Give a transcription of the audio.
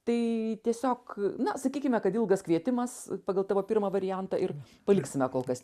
tai tiesiog na sakykime kad ilgas kvietimas pagal tavo pirmą variantą ir paliksime kol kas